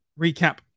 recap